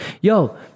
Yo